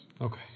Okay